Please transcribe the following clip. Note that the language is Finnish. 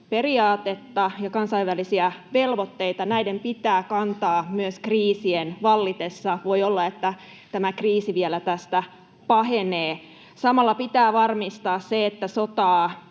oikeusvaltioperiaatetta ja kansainvälisiä velvoitteita. Näiden pitää kantaa myös kriisien vallitessa. Voi olla, että tämä kriisi vielä tästä pahenee. Samalla pitää varmistaa se, että sotaa